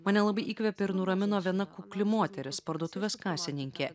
mane labai įkvėpė ir nuramino viena kukli moteris parduotuvės kasininkė